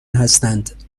هستند